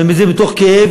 אני אומר את זה מתוך כאב,